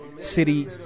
City